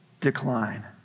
decline